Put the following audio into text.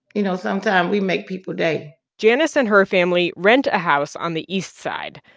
you know, sometime we make people day janice and her family rent a house on the east side.